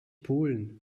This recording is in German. pulen